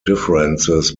differences